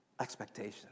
expectation